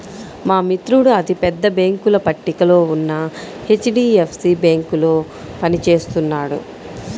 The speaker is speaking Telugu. మా మిత్రుడు అతి పెద్ద బ్యేంకుల పట్టికలో ఉన్న హెచ్.డీ.ఎఫ్.సీ బ్యేంకులో పని చేస్తున్నాడు